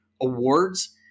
awards